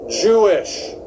Jewish